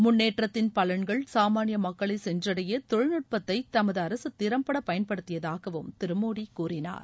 முன்னேற்றத்தின் பலன்கள் சாமானிய மக்களை சென்றடைய தொழில்நுட்பத்தை தமது அரசு திறம்பட பயன்படுத்தியதாகவும் திரு மோடி கூறினார்